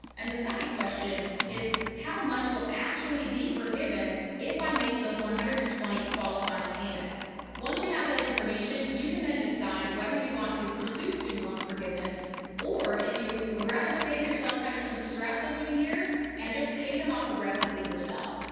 and the second question is how much will actually be forgiven if i make those one hundred and twenty qualifying payments once you have that information, you can then decide whether you want to pursue student loan forgiveness or if you would like to save yourself kind of some stress over the years and just pay them off aggressively yourself.